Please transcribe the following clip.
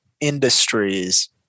industries